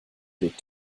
weg